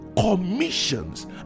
commissions